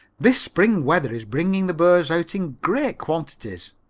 this spring weather is bringing the birds out in great quantities.